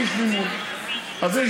שליש מימון.